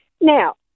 now